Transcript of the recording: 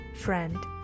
friend